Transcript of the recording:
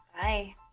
Bye